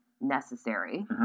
necessary